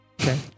Okay